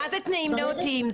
מה זה תנאים נאותים?